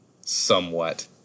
somewhat